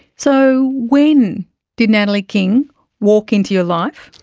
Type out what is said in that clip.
so when did natalie king walk into your life,